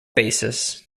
basis